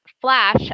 Flash